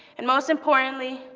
and most importantly,